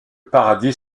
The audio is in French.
paradis